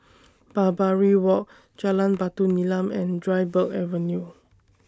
Barbary Walk Jalan Batu Nilam and Dryburgh Avenue